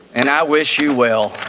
and i wish you well,